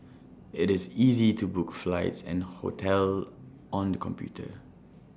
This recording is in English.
IT is easy to book flights and hotels on the computer